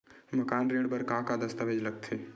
मकान ऋण बर का का दस्तावेज लगथे?